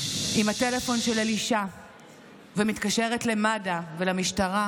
עם הטלפון של אלישע ומתקשרת למד"א ולמשטרה,